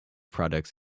products